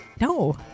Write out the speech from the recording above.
No